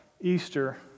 Easter